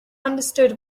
understood